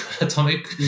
atomic